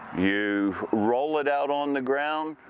you roll it out on the ground,